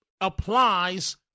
applies